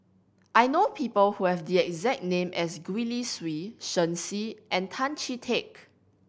I know people who have the exact name as Gwee Li Sui Shen Xi and Tan Chee Teck